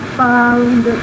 found